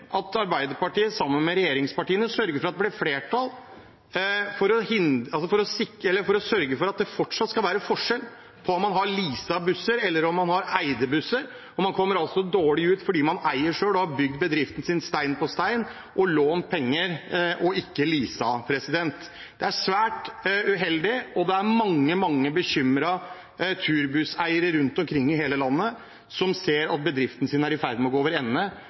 at Arbeiderpartiet sammen med regjeringspartiene sørger for at det blir flertall for at det fortsatt skal være forskjell på om man leaser busser eller om man eier busser. Man kommer altså dårlig ut fordi man eier selv og har bygd bedriften sin stein på stein og lånt penger, og ikke leaset. Det er svært uheldig, og det er mange, mange bekymrede turbusseiere rundt omkring i hele landet som ser at bedriften deres er i ferd med å gå over ende